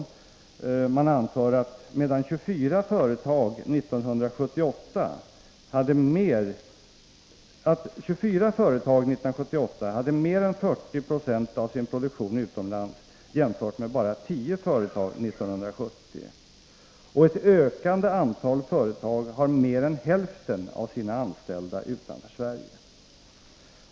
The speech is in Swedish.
Kommittén anför att 24 företag 1978 hade mer än 40 96 av sin produktion utomlands — jämfört med bara 10 företag 1970. Ett ökat antal företag har mer än hälften av sina anställda utanför Sverige.